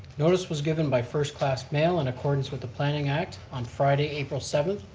notice was given by first class mail in accordance with the planning act on friday, april seven,